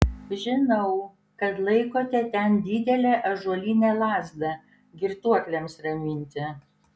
žinau kad laikote ten didelę ąžuolinę lazdą girtuokliams raminti